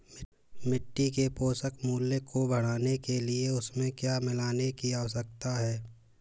मिट्टी के पोषक मूल्य को बढ़ाने के लिए उसमें क्या मिलाने की आवश्यकता है?